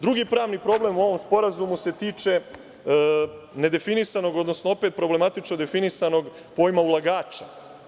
Drugi pravni problem u ovom sporazumu se tiče nedefinisanog, odnosno opet problematično definisanog pojma ulagača.